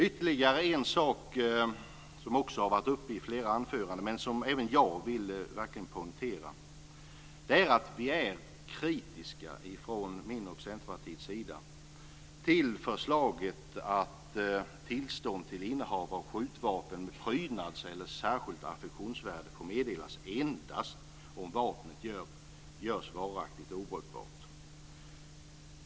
Ytterligare en sak har tagits upp i flera anföranden som även jag vill poängtera. Jag och Centerpartiet är kritiska till förslaget att tillstånd till innehav av skjutvapen som prydnadsföremål eller av särskilt affektionsvärde får meddelas endast om vapnet görs varaktigt obrukbart.